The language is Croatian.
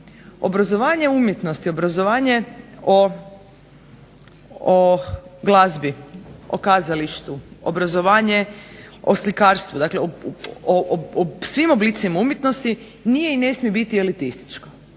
obrazovanje umjetnosti obrazovanje o glazbi, o kazalištu, obrazovanje o slikarstvu, o svim oblicima umjetnosti nije i ne smije biti elitističko